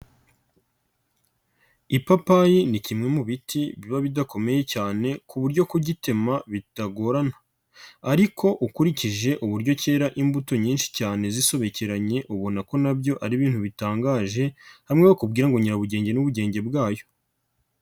Ipapayi ni kimwe mu biti biba bidakomeye cyane ku buryo kugitema bitagorana ariko ukurikije uburyo cyera imbuto nyinshi cyane zisobekeranye, ubona ko na byo ari ibintu bitangaje, hamwe bakubwira ngo nyirabugenge n'ubugenge bwayo.